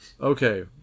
okay